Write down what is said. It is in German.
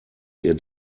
ihr